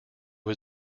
was